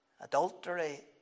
adultery